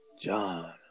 John